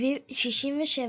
ב־1967,